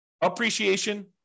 appreciation